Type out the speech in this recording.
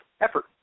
effort